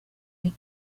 can